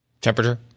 Temperature